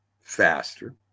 faster